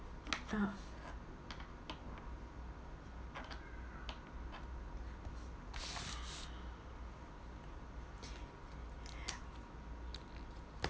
uh